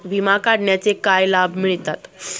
विमा काढण्याचे काय लाभ मिळतात?